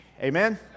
Amen